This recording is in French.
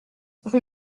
rue